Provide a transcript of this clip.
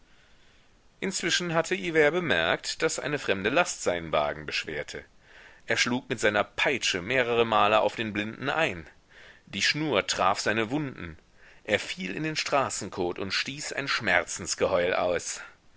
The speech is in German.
inzwischen hatte hivert bemerkt daß eine fremde last seinen wagen beschwerte er schlug mit seiner peitsche mehrere male auf den blinden ein die schnur traf seine wunden er fiel in den straßenkot und stieß ein schmerzensgeheul aus